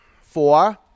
four